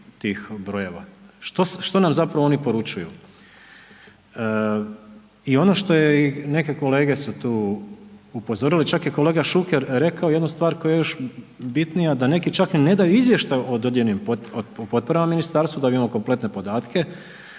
tih brojeva, što nam zapravo oni poručuju? I ono što je i neke kolege su tu upozorili, čak je kolega Šuker rekao jednu stvar koja je još bitnija da neki čak ni ne daju izvještaj o dodijeljenim potporama ministarstvu da bi imali kompletne podatke,